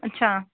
अच्छा